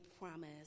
promise